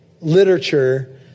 literature